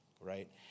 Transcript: right